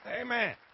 amen